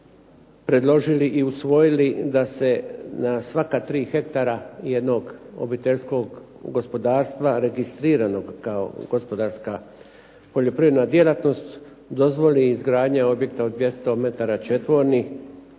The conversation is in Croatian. predložili i usvojili da se na svaka 3 hektara jednog obiteljskog gospodarstva registriranog kao gospodarska poljoprivredna djelatnost dozvoli izgradnja objekta od 200 metara četvornih